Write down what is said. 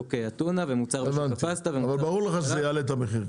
בשוק הטונה ומוצר משוק הפסטה --- אבל ברור לך שזה יעלה את המחיר,